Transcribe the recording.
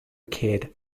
kidd